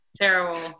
terrible